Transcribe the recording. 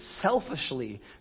selfishly